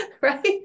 Right